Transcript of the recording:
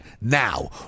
now